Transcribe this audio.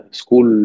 school